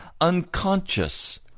unconscious